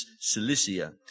Cilicia